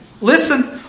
Listen